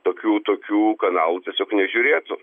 tokių tokių kanalų tiesiog nežiūrėtų